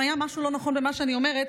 אם היה משהו לא נכון במה שאני אומרת,